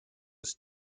was